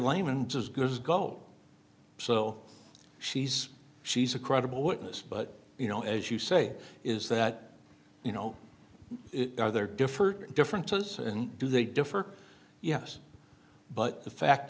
layman's as good as gold so she's she's a credible witness but you know as you say is that you know there differed differences and do they differ yes but the fact